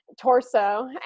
torso